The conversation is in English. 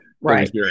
Right